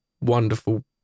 Wonderful